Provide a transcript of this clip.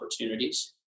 opportunities